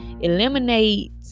eliminate